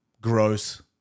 gross